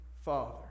Father